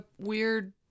weird